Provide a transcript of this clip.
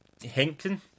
Hinkton